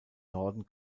norden